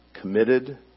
Committed